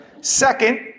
Second